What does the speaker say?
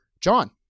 John